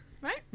Right